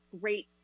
great